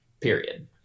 Period